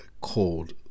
called